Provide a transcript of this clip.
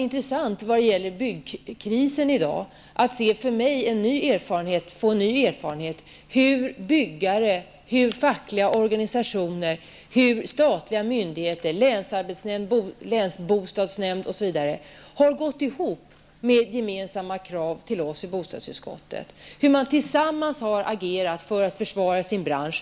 När det gäller byggkrisen har det varit intressant för mig att få en ny erfarenhet av hur byggare, fackliga organisationer, statliga myndigheter, länsarbetsnämnd, länsbostadsnämnd osv. har gått ihop om gemensamma krav till oss i bostadsutskottet och hur man tillsammans har agerat för att försvara sin bransch.